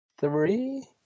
three